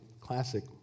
Classic